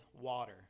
water